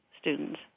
students